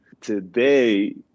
Today